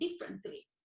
differently